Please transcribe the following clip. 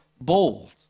bold